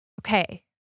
okay